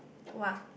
[wah]